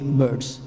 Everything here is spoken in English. birds